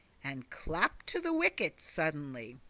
and clapped to the wicket suddenly.